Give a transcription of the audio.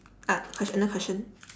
ah question ah question